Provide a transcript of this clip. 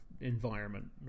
environment